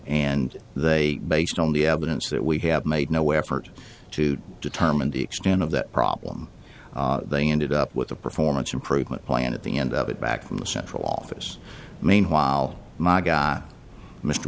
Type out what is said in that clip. and they based on the evidence that we have made no effort to determine the extent of that problem they ended up with a performance improvement plan at the end of it back in the central office meanwhile my guy m